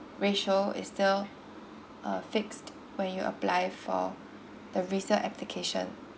ratio is still uh fixed when you apply for the resale application